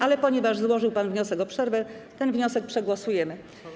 Ale ponieważ złożył pan wniosek o przerwę, ten wniosek przegłosujemy.